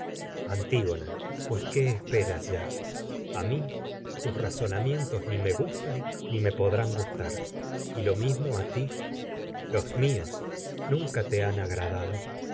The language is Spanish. antígona pues qué esperas ya a mi tus razo namientos ni me gustan ni me podrán gustar y lo mismo a ti los míos nunca te han agradado